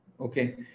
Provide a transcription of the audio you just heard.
Okay